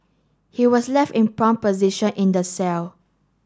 he was left in prone position in the cell